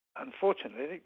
Unfortunately